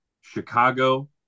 Chicago